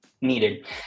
needed